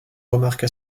remarque